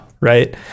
Right